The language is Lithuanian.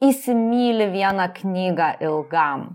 įsimyli vieną knygą ilgam